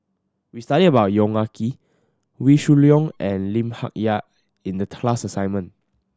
we studied about Yong Ah Kee Wee Shoo Leong and Lim Hak Tai in the class assignment